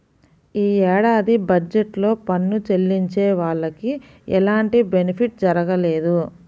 యీ ఏడాది బడ్జెట్ లో పన్ను చెల్లించే వాళ్లకి ఎలాంటి బెనిఫిట్ జరగలేదు